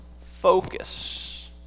focus